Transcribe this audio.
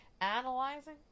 analyzing